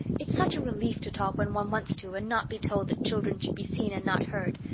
it's such a relief to talk when one wants to and not be told that children should be seen and not heard.